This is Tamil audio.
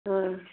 ம்